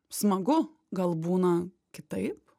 smagu gal būna kitaip